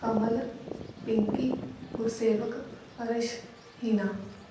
Kamal Pinki Gursewak Arsh Heena